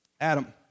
Adam